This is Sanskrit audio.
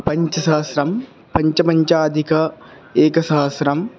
पञ्चसहस्रं पञ्चपञ्चाधिकेकसहस्रम्